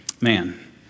Man